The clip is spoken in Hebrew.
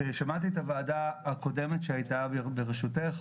שמעתי את הוועדה הקודמת שהייתה בראשותך,